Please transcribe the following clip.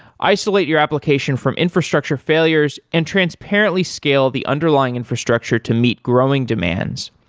isolate your application from infrastructure failures and transparently scale the underlying infrastructure to meet growing demands,